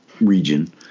region